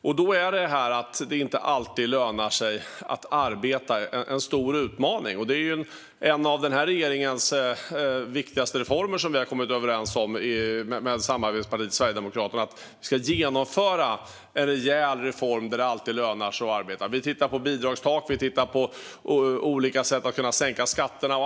Då är det en stor utmaning att det inte alltid lönar sig att arbeta. En av de viktigaste reformer som denna regering har kommit överens om med samarbetspartiet Sverigedemokraterna är en rejäl reform för att det alltid ska löna sig att arbeta. Vi tittar på bidragstak och på olika sätt att kunna sänka skatterna.